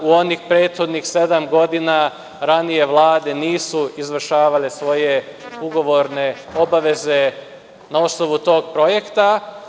U onih prethodnih sedam godina ranije vlade nisu izvršavale svoje ugovorne obaveze na osnovu tog projekta.